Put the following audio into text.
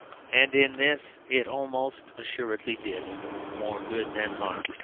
and in this it almost assuredly did more good than harm.